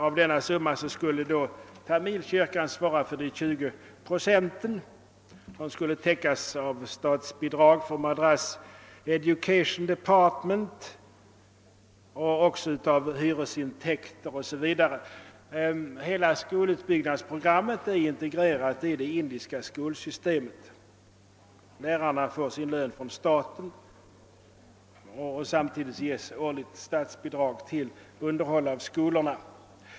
Av denna summa skulle Tamilkyrkan svara för 20 procent, som skulle täckas av statsbidrag från Madras Education Department och av hyresintäkter o.s.v. Hela skolutbyggnadsprojektet är integrerat i det indiska skolsystemet — lärarna får sin lön från staten, och det ges årliga statsbidrag till underhåll av skolorna.